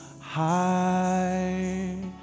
high